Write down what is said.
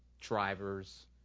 drivers